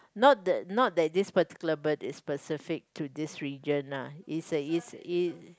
not that not that this particular bird is specific to this region uh it's a it's it's